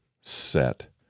set